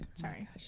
sorry